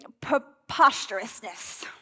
preposterousness